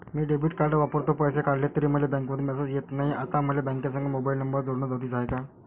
मी debit card वापरतो, पैसे काढले तरी मले बँकेमंधून मेसेज येत नाय, आता मले बँकेसंग मोबाईल नंबर जोडन जरुरीच हाय का?